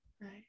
Right